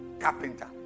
carpenter